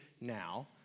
now